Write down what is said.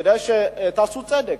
כדי שתעשו צדק,